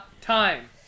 time